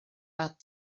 bad